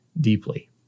deeply